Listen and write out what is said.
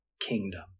kingdom